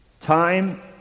Time